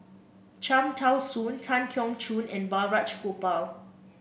Cham Tao Soon Tan Keong Choon and Balraj Gopal